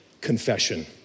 confession